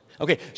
Okay